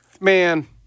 man